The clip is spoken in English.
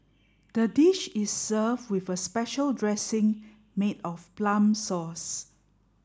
the dish is served with a special dressing made of plum sauce